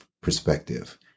perspective